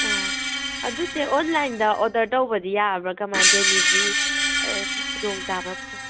ꯑꯣ ꯑꯗꯨ ꯆꯦ ꯑꯣꯟꯂꯥꯏꯟꯗ ꯑꯣꯗꯔ ꯇꯧꯕꯗꯤ ꯌꯥꯕ꯭ꯔꯥ ꯀꯃꯥꯏꯅ ꯗꯦꯂꯤꯕ꯭ꯔꯤ ꯑꯗꯒꯤ ꯈꯨꯗꯣꯡ ꯆꯥꯕ ꯐꯪꯒꯗ꯭ꯔꯥ